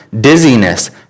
dizziness